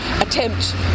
attempt